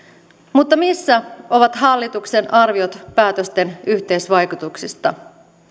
mutta missä ovat hallituksen arviot päätösten yhteisvaikutuksista